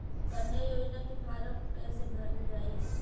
कन्या योजना के फारम् कैसे भरल जाई?